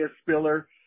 Spiller